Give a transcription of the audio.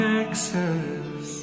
Texas